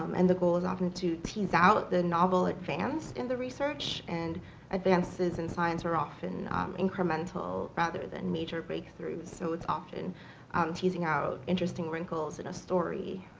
um and the goal is often to tease out the novel advance in the research and advances in science are often incremental rather than major breakthroughs. so it's often teasing out interesting wrinkles in a story,